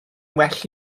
well